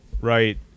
right